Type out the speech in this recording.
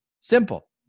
simple